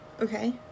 Okay